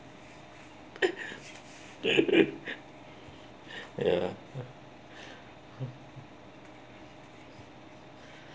ya